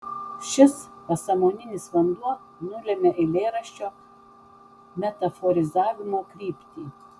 šis pasąmoninis vanduo nulemia eilėraščio metaforizavimo kryptį